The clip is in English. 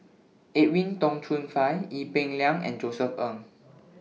Edwin Tong Chun Fai Ee Peng Liang and Josef Ng